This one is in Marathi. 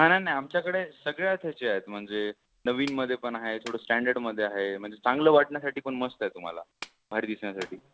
हा ना नाही आमच्याकडे सगळ्याच याचे आहेत म्हणजे नवीनमध्येपण आहे थोडं स्टँडर्डमध्ये हा आहे म्हणजे चांगलं वाटण्यासाठीपण मस्त आहे तुम्हाला बाहेर दिसण्यासाठी